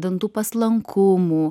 dantų paslankumų